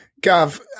Gav